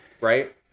Right